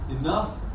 enough